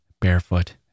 barefoot